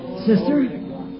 Sister